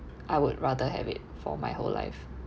I would rather have it for my whole life